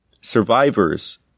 Survivors